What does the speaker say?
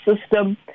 system